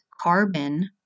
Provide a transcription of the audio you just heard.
carbon